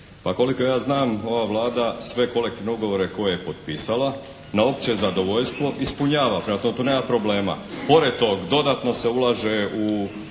Pa koliko ja znam ova Vlada sve kolektivne ugovore koje je potpisala na opće zadovoljstvo ispunjava, prema tome tu nema problema. Pored tog dodatno se ulaže u